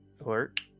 alert